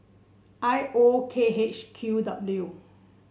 I O K H Q W